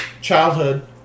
childhood